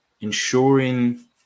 ensuring